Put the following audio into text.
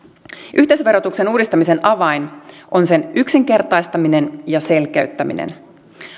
yhteisöverotuksen uudistamisen avain on sen yksinkertaistaminen ja selkeyttäminen